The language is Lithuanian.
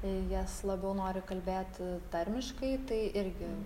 jis labiau noriu kalbėt tarmiškai tai irgi